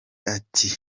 ati